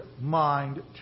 mind